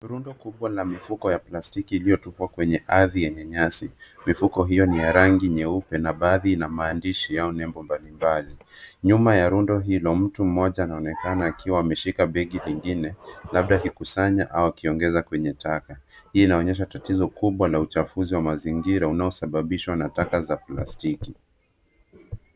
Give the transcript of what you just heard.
Rundo kubwa la mifuko ya plastiki iliyotupwa kwenye ardhi yenye nyasi. Mifuko hio ni ya rangi nyeupe, na baadhi ina maandishi au nebo mbali mbali. Nyuma ya rundo hilo, mtu mmoja anaonekana akiwa ameshika begi lingine, labda akikusanya au akiongeza kwenye taka. Hii inaonyesha tatizo kubwa la uchafuzi wa mazingira unaosababishwa na taka za plastiki.